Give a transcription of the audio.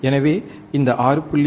எனவே இந்த 6